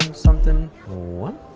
something one,